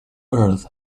earth